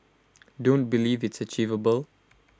don't believe it's achievable